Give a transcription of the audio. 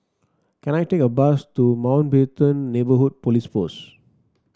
can I take a bus to Mountbatten Neighbourhood Police Post